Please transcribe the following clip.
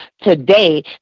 today